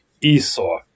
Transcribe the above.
Esau